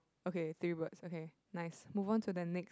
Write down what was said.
okay three words okay nice move on to the next